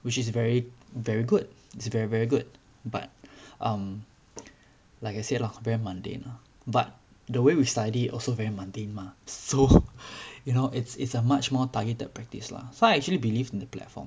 which is very very good it's very very good but um like I say lah very mundane lah but the way we study also very mundane mah so you know it's it's a much more targeted practice lah so I actually believed in the platform